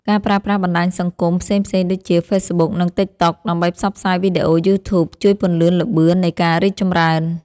ការប្រើប្រាស់បណ្តាញសង្គមផ្សេងៗដូចជា ហ្វេសប៊ុក និង តិក តុក ដើម្បីផ្សព្វផ្សាយវីដេអូ យូធូប ជួយពន្លឿនល្បឿននៃការរីកចម្រើន។